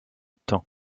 temps